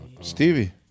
Stevie